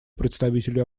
представителю